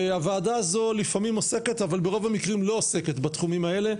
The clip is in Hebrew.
והוועדה הזו לפעמים עוסקת אבל ברוב המקרים לא עוסקת בתחומים האלה,